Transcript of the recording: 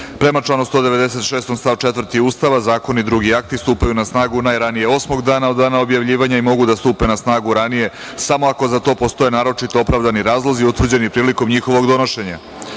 članu 196. stav 4. Ustava zakoni i drugi akti stupaju na snagu najranije osmog dana od dana objavljivanja i mogu da stupe na snagu ranije samo ako za to postoje naročito opravdani razlozi utvrđeni prilikom njihovog donošenja. Stavljam